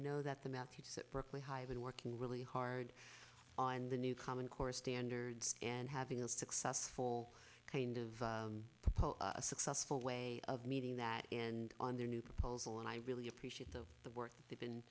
know that the math teachers at berkeley high been working really hard on the new common core standards and having a successful kind of a successful way of meeting that and on their new proposal and i really appreciate the the work that they've been